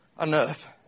enough